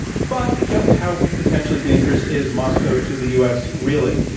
but just how potentially dangerous is moscow to the u. s, really?